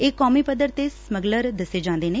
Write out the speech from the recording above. ਇਹ ਕੌਮੀ ਪੱਧਰ ਦੇ ਸਮਗੱਲਰ ਦੱਸੇ ਜਾਂਦੇ ਨੇ